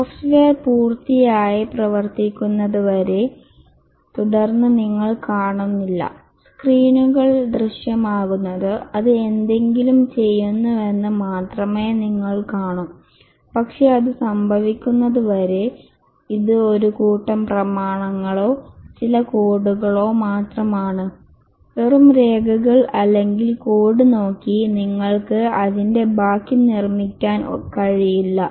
software പൂർത്തിയായി പ്രവർത്തിക്കുന്നതുവരെ തുടർന്ന് നിങ്ങൾ കാണുന്നില്ല സ്ക്രീനുകൾ ദൃശ്യമാകുന്നത് അത് എന്തെങ്കിലും ചെയ്യുന്നുവെന്ന് മാത്രമേ നിങ്ങൾ കാണൂ പക്ഷേ അത് സംഭവിക്കുന്നത് വരെ ഇത് ഒരു കൂട്ടം പ്രമാണങ്ങളോ ചില കോഡുകളോ മാത്രമാണ് വെറും രേഖകൾ അല്ലെങ്കിൽ കോഡ് നോക്കി നിങ്ങൾക്ക് അതിന്റെ ബാക്കി നിർമ്മിക്കാൻ കഴിയില്ല